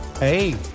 Hey